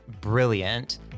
brilliant